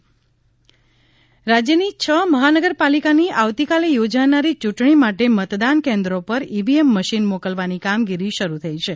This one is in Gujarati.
રાજ્ય ચૂંટણી કમિશ્નર રાજ્યની છ મહાનગરપાલિકાની આવતીકાલે યોજાનારી યૂંટણી માટે મતદાન કેન્દ્રો પર ઇવીએમ મશીન મોકલવાની કામગીરી શરૂ થઇ છે